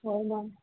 ꯍꯣꯏ ꯃꯥꯟꯅꯤ